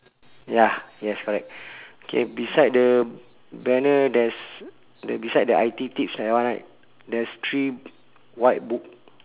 ya yes correct K beside the banner there's the beside the I_T teach that one right there's three white book